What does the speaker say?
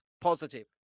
positive